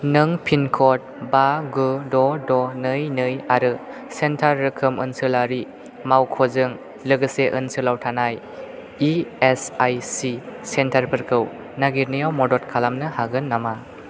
नों पिनक'ड बा गु द' द' नै नै आरो सेन्टार रोखोम ओनसोलारि मावख'जों लोगोसे ओनसोलाव थानाय इएसआइसि सेन्टारफोरखौ नागिरनायाव मदद खालामनो हागोन नामा